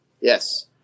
Yes